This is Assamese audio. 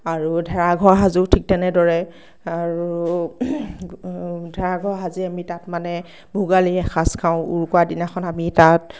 আৰু ঢেৰাঘৰ সাজো ঠিক তেনেদৰে আৰু ঢেৰাঘৰ সাজি আমি তাত মানে ভোগালীৰ এসাজ খাওঁ উৰুকাৰ দিনাখন আমি তাত